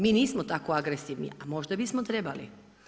Mi nismo tako agresivni, a možda bismo trebali.